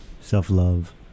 self-love